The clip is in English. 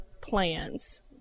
plans